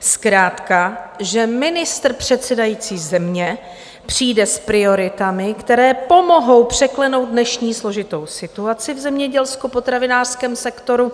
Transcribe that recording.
Zkrátka že ministr předsedající země přijde s prioritami, které pomohou překlenout dnešní složitou situaci v zemědělskopotravinářském sektoru,